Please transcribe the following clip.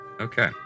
Okay